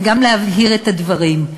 וגם להבהיר את הדברים.